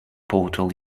portal